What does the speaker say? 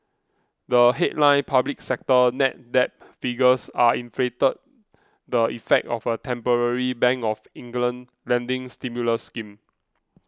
the headline public sector net debt figures are inflated the effect of a temporary Bank of England lending stimulus scheme